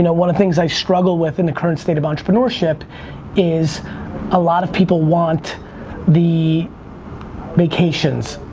you know one of the things i struggle with, in the current state of entrepreneurship is a lot of people want the vacations,